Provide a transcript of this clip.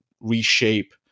reshape